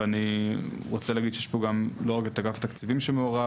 ואני רוצה לומר שיש כאן לא רק את אגף תקציבים שמעורב,